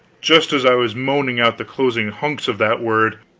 just as i was moaning out the closing hunks of that word,